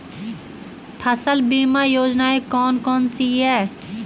फसल बीमा योजनाएँ कौन कौनसी हैं?